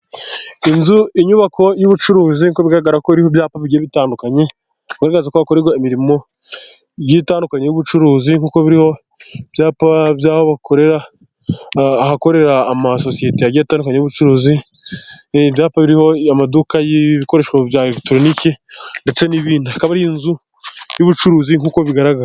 Inzu, inyubako y'ubucuruzi nk'uko bigaragara ko hari ibyapa bigiye bitandukanye, bigaragaza ko hakorerwa imirimo igiye itandukanye y'ubucuruzi, kuko biriho ibyapa by'aho bakorera, ahakorera amasosiyete agiye atandukanye y'ubucuruzi. Ibyapa birimo amaduka y'ibikoresho bya eregitoroniki ndetse n'ibindi, akaba ari inzu y'ubucuruzi nk'uko bigaragara.